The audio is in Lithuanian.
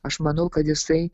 aš manau kad jisai